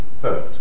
third